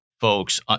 folks